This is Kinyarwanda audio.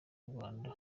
rwanda